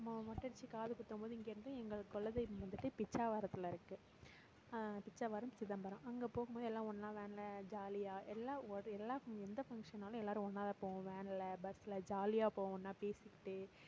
நம்ம மொட்டை அடித்து காது குத்தும் போது இங்கேருந்து எங்களுக்கு குலதெய்வம் வந்துட்டு பிச்சாவரத்தில் இருக்குது பிச்சாவரம் சிதம்பரம் அங்கே போகும்போது எல்லாம் ஒன்றா வேனில் ஜாலியாக எல்லாம் ஒரே எல்லாம் எந்த ஃபங்க்ஷன்னாலும் எல்லாரும் ஒன்றா தான் போவோம் வேனில் பஸ்ஸில் ஜாலியாக போவோம் ஒன்றா பேசிக்கிட்டே